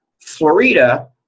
Florida